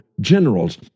generals